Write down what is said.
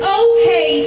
okay